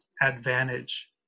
advantage